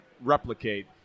replicate